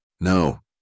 No